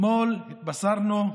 אתמול "התבשרנו",